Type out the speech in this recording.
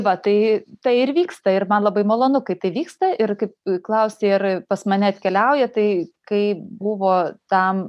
va tai tai ir vyksta ir man labai malonu kai tai vyksta ir kaip klausei ar pas mane atkeliauja tai kai buvo tam